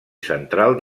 central